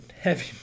heavy